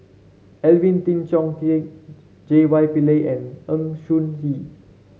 Alvin Tan Cheong Kheng J Y Pillay and Ng Choon Yee